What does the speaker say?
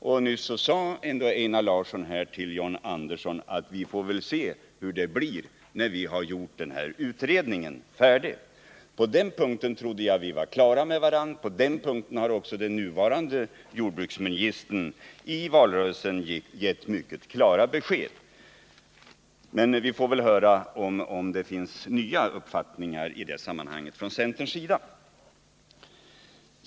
Nu sade Einar Larsson till John Andersson: Vi får väl se hur det blir när denna utredning blir färdig. På den punkten trodde jag att vi var klara med varandra, på den punkten har också den nuvarande jordbruksministern i valrörelsen givit mycket klara besked. Men vi får väl höra om det föreligger någon ny uppfattning i sammanhanget från centerns sida.